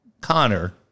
Connor